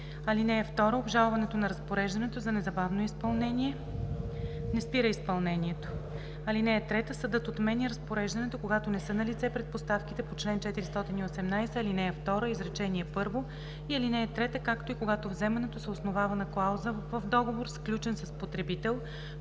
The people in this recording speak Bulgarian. (2) Обжалването на разпореждането за незабавно изпълнение не спира изпълнението. (3) Съдът отменя разпореждането, когато не са налице предпоставките на чл. 418, ал. 2, изречение първо и ал. 3, както и когато вземането се основава на клауза в договор, сключен с потребител,